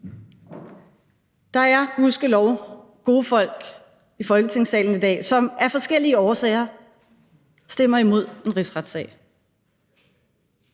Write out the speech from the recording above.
Der er gudskelov gode folk i Folketingssalen i dag, som af forskellige årsager stemmer imod en rigsretssag.